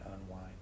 unwind